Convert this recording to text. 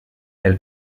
elle